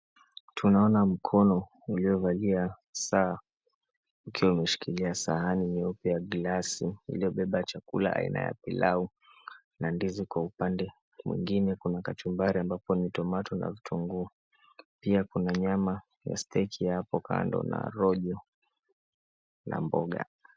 Tunaona mkono uliovalia saa ukiwa umeshikilia sahani nyeupe ya glasi iliyobeba chakula aina ya pilau na ndizi. Kwa upande mwingine kuna kachumbari ambapo ni tomato na vitunguu. Pia kuna nyama ya steki hapo kando na rojo, na mboga.